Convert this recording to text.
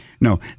No